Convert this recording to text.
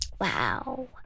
wow